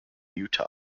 utah